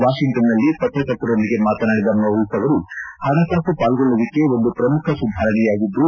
ವಾಷಿಂಗ್ನನ್ನಲ್ಲಿ ಪತ್ರಕರ್ತರೊಂದಿಗೆ ಮಾತನಾಡಿದ ಮೌರೀಸ್ ಅವರು ಹಣಕಾಸು ಪಾಲ್ಗೊಳ್ಳುವಿಕೆ ಒಂದು ಪ್ರಮುಖ ಸುಧಾರಣೆಯಾಗಿದ್ದು